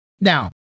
Now